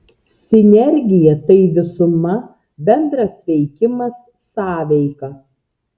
sinergija tai visuma bendras veikimas sąveika